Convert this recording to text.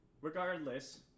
regardless